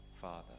father